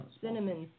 cinnamon